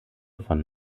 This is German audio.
von